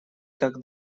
так